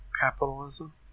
Capitalism